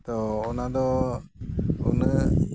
ᱛᱚ ᱚᱱᱟ ᱫᱚ ᱩᱱᱟᱹᱜ